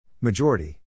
Majority